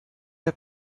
der